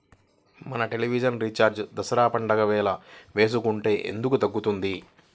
మన television recharge Dasara పండగ వేళ వేసుకుంటే ఎందుకు తగ్గుతుంది?